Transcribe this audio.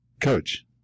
coach